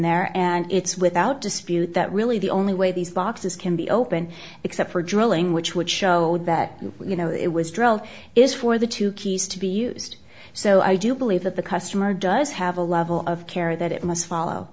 there and it's without dispute that really the only way these boxes can be opened except for drilling which would show that you know it was drilled is for the two keys to be used so i do believe that the customer does have a level of care that it must follow